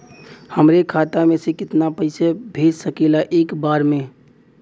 हमरे खाता में से कितना पईसा भेज सकेला एक बार में?